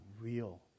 real